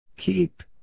Keep